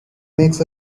makes